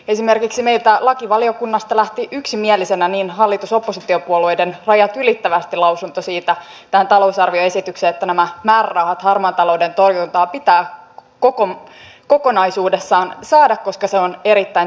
esimerkiksi meiltä lakivaliokunnasta lähti yksimielisenä hallitus ja oppositiopuolueiden rajat ylittävästi lausunto talousarvioesitykseen siitä että nämä määrärahat harmaan talouden torjuntaan pitää kokonaisuudessaan saada koska se on erittäin tärkeä asia